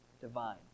divine